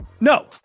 No